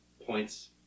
points